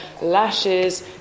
lashes